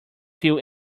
feel